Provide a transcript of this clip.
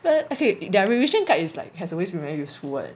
but okay their revision guide is like has always been very useful [what]